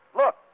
look